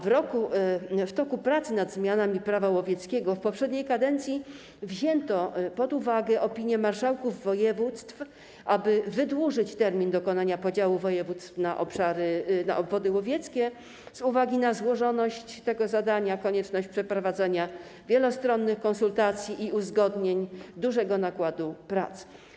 W toku prac nad zmianami Prawa łowieckiego w poprzedniej kadencji wzięto pod uwagę opinie marszałków województw, aby wydłużyć termin dokonania podziału województw na obwody łowieckie z uwagi na złożoność tego zadania, konieczność przeprowadzenia wielostronnych konsultacji i uzgodnień, dużego nakładu prac.